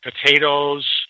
potatoes